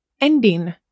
ending